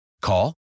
Call